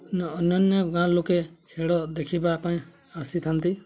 ଅନ୍ୟାନ୍ୟ ଗାଁ ଲୋକେ ଖେଳ ଦେଖିବା ପାଇଁ ଆସିଥାନ୍ତି